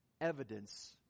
evidence